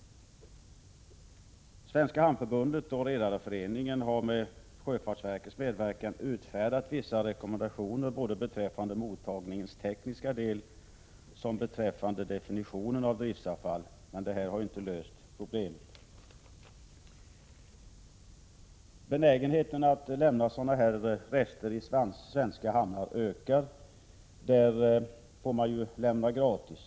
Svenska hamnförbundet och Sveriges redareförening har med sjöfartsverkets medverkan utfärdat vissa rekommendationer både beträffande mottagningens tekniska del och beträffande definition av driftsavfall, men detta har inte löst problemet. Benägenheten att lämna rester i svenska hamnar ökar — där får man ju lämna gratis.